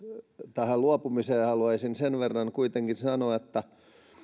tähän luopumiseen haluaisin sen verran kuitenkin sanoa että